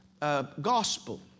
Gospel